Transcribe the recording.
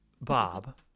Bob